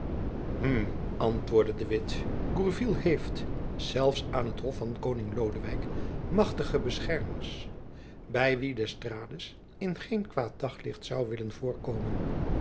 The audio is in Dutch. antwoordde de witt gourville heeft zelfs aan t hof van koning lodewijk machtige beschermers by wie d'estrades in geen kwaad daglicht zoû willen voorkomen